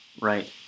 Right